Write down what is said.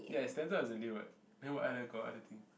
ya it's standard as a Leo [what] then what other got other thing